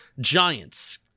giants